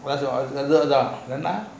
அது அது தான்:athu athu thaan